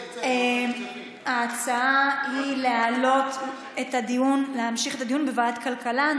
ההצעה היא להמשיך את הדיון בוועדת הכלכלה.